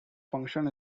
function